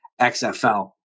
XFL